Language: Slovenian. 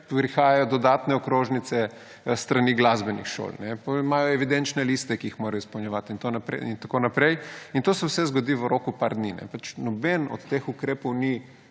prihajajo dodatne okrožnice s strani glasbenih šol. Potem imajo evidenčne liste, ki jih morajo izpolnjevati in tako naprej. In to se vse zgodi v roku par dni, pač noben od teh ukrepov ni